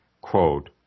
quote